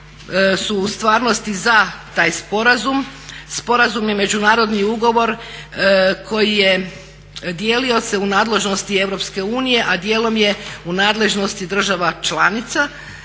su u stvarnosti za taj sporazum. Sporazum je međunarodni ugovor koji je dijelio se u nadležnosti Europske unije, a dijelom je u nadležnosti država članica.